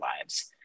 lives